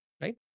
right